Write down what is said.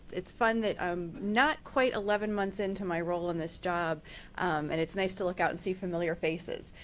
it's fun that um not quite eleven months into my role in this job and it's nice to look out and see familiar faces.